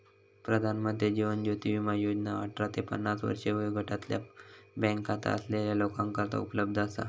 प्रधानमंत्री जीवन ज्योती विमा योजना अठरा ते पन्नास वर्षे वयोगटातल्या बँक खाता असलेल्या लोकांकरता उपलब्ध असा